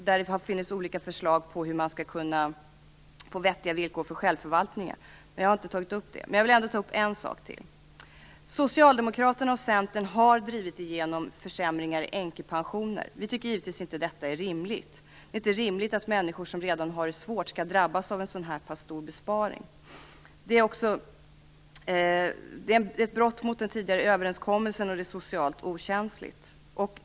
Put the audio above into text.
Det har funnits olika förslag på hur man skall kunna få vettiga villkor för självförvaltning, men jag har inte tagit upp det. Det finns en sak till som jag vill ta upp. Socialdemokraterna och Centern har drivit igenom försämringar av änkepensionerna. Vi tycker givetvis inte att detta är rimligt. Det är inte rimligt att människor som redan har det svårt skall drabbas av en så stor besparing. Det är ett brott mot den tidigare överenskommelsen, och det är socialt okänsligt.